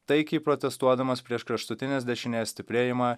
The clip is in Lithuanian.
taikiai protestuodamas prieš kraštutinės dešinės stiprėjimą